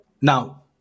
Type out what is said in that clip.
Now